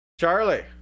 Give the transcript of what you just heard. Charlie